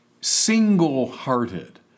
Single-hearted